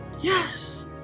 Yes